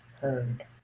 heard